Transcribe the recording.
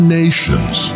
nations